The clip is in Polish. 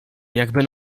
jakby